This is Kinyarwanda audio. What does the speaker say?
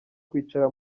kwicara